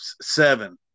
seven